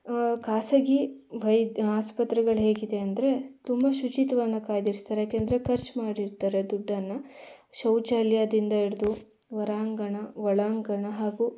ಖಾಸಗಿ ವೈದ್ ಆಸ್ಪತ್ರೆಗಳು ಹೇಗಿದೆ ಅಂದರೆ ತುಂಬ ಶುಚಿತ್ವವನ್ನ ಕಾಯ್ದಿರಿಸ್ತಾರೆ ಯಾಕೆಂದರೆ ಕರ್ಚು ಮಾಡಿರ್ತಾರೆ ದುಡ್ಡನ್ನು ಶೌಚಾಲಯದಿಂದ ಹಿಡ್ದು ಹೊರಾಂಗಣ ಒಳಾಂಗಣ ಹಾಗೂ